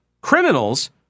criminals